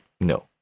No